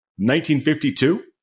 1952